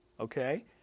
okay